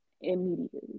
immediately